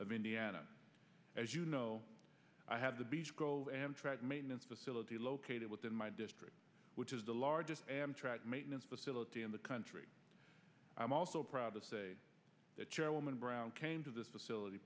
of indiana as you know i had the beech grove amtrak maintenance facility located within my district which is the largest amtrak maintenance facility in the country i'm also proud to say that chairwoman brown came to this facility